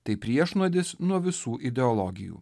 tai priešnuodis nuo visų ideologijų